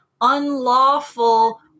unlawful